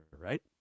right